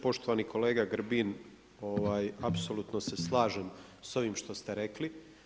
Poštovani kolega Grbin, apsolutno se slažem s ovim što ste rekli.